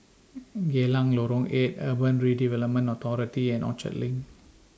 Geylang Lorong eight Urban Redevelopment Authority and Orchard LINK